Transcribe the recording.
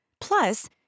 Plus